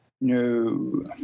No